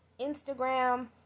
instagram